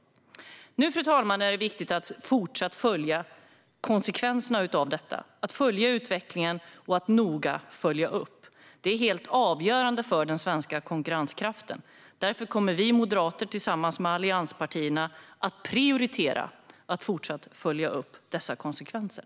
Nu, fru talman, är det viktigt att fortsatt följa konsekvenserna av detta, att följa utvecklingen och att noga följa upp. Det är helt avgörande för den svenska konkurrenskraften. Därför kommer vi moderater att tillsammans med allianspartierna prioritera att fortsatt följa upp dessa konsekvenser.